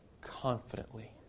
confidently